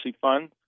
fund